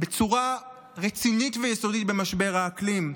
בצורה רצינית ויסודית במשבר האקלים.